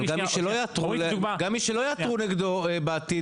אבל גם מי שלא יעתרו נגדו בעתיד,